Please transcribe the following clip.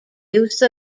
use